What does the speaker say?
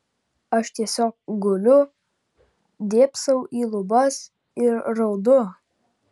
aš tiesiog guliu dėbsau į lubas ir raudu